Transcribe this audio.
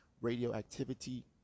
radioactivity